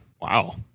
Wow